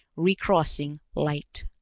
recrossing light.